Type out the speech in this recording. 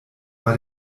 war